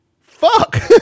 fuck